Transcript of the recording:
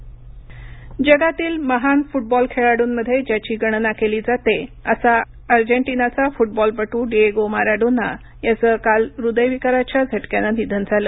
Maradona जगातील महान football खेळाडूंमध्ये ज्याची गणना केली जाते असा अर्जेंटिनाचा फुटबॉलपटू डिएगो माराडोना याचं काल हृदयविकाराच्या झटक्यानं निधन झालं